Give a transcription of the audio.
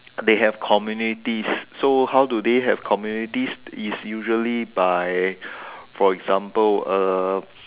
they have communities so how do they have communities is usually by for example uh